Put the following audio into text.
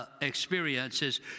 experiences